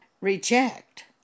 reject